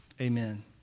Amen